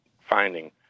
finding